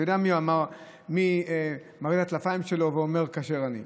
אתה יודע מי מראה את הטלפיים שלו ואומר: כשר אני.